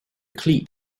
cleat